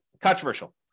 controversial